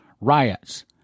Riots